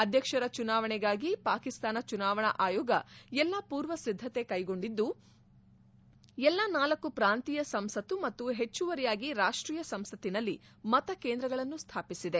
ಅಧ್ಯಕ್ಷರ ಚುನಾವಣೆಗಾಗಿ ಪಾಕಿಸ್ತಾನ ಚುನಾವಣ ಆಯೋಗ ಎಲ್ಲಾ ಪೂರ್ವ ಸಿದ್ದತೆ ಕೈಗೊಂಡಿದ್ದು ಎಲ್ಲಾ ನಾಲ್ಕು ಪ್ರಾಂತೀಯ ಸಂಸತ್ತು ಮತ್ತು ಹೆಚ್ಚುವರಿಯಾಗಿ ರಾಷ್ಲೀಯ ಸಂಸತ್ತಿನಲ್ಲಿ ಮತಕೇಂದ್ರಗಳನ್ನು ಸ್ವಾಪಿಸಿದೆ